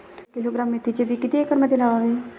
एक किलोग्रॅम मेथीचे बी किती एकरमध्ये लावावे?